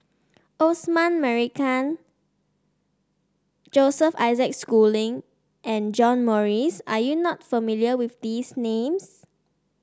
Osman Merican Joseph Isaac Schooling and John Morrice are you not familiar with these names